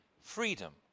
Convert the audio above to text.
freedom